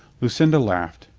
lucinda laughed.